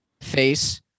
face